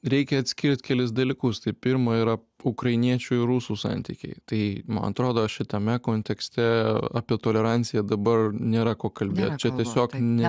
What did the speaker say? reikia atskirt kelis dalykus tai pirma yra ukrainiečių ir rusų santykiai tai man atrodo šitame kontekste apie toleranciją dabar nėra ko kalbėt čia tiesiog ne